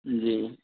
جی